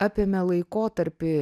apėmė laikotarpį